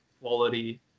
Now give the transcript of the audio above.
quality